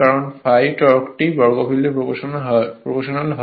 কারণ ∅ টর্কটি বর্গফিল্ডের প্রপ্রোশনাল হয়